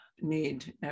need